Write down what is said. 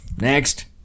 Next